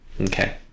Okay